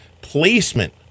Placement